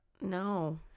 No